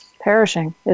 perishing